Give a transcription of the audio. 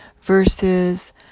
versus